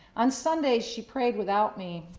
on sunday she prayed without me.